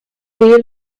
oír